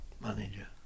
manager